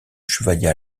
chevaliers